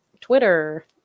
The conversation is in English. Twitter